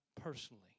personally